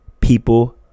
People